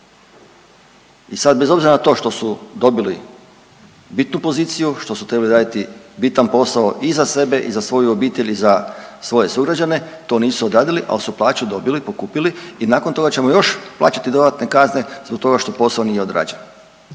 i sad bez obzira na to što su dobili bitnu poziciju, što su trebali raditi bitan posao i za sebe i za svoju obitelj i za svoje sugrađane to nisu odradili, al su plaću dobili, pokupili i nakon toga ćemo još plaćati dodatne kazne zbog toga što posao nije odrađen,